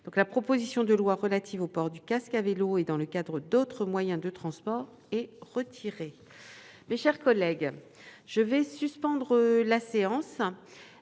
La proposition de loi relative au port du casque à vélo et dans le cadre d'autres moyens de transport est donc retirée. Mes chers collègues, nous allons maintenant